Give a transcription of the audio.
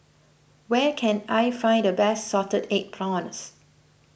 where can I find the best Salted Egg Prawns